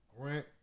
Grant